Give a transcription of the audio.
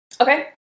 Okay